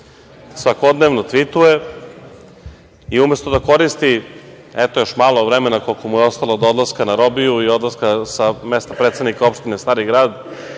svakodnevno tvituje i umesto da koristi, eto, još malo vremena koliko mu je ostalo do odlaska na robiju i odlaska sa mesta predsednika opštine Stari grad,